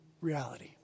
reality